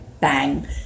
bang